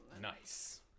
Nice